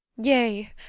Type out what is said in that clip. yea,